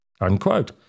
Unquote